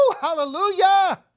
hallelujah